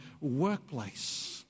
workplace